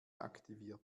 aktiviert